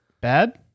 bad